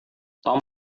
tom